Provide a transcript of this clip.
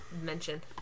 mention